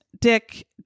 dick